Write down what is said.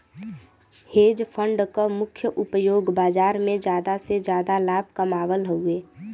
hedge fund क मुख्य उपयोग बाजार में जादा से जादा लाभ कमावल हउवे